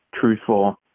truthful